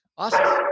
awesome